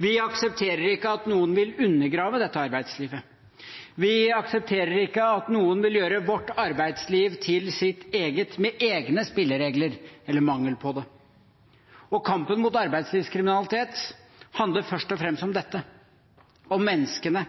Vi aksepterer ikke at noen vil undergrave dette arbeidslivet. Vi aksepterer ikke at noen vil gjøre vårt arbeidsliv til sitt eget, med egne spilleregler – eller mangel på det. Kampen mot arbeidslivskriminalitet handler først og fremst om dette: om menneskene,